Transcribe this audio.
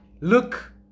Look